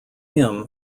him